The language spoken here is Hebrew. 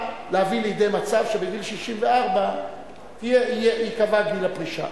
להביא למצב שגיל 64 ייקבע כגיל הפרישה.